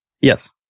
Yes